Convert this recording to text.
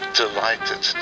delighted